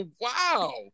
Wow